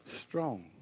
strong